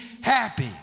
happy